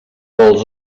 vols